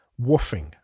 woofing